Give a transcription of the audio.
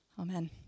Amen